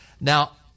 Now